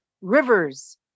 rivers